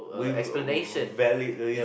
with valid reason